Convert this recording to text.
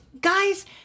Guys